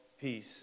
peace